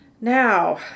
now